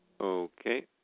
Okay